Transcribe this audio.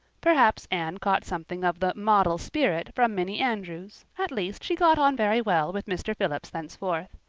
perhaps anne caught something of the model spirit from minnie andrews at least she got on very well with mr. phillips thenceforth.